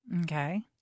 Okay